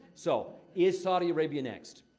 so, is saudi arabia next?